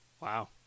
Wow